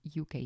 UK